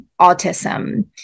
autism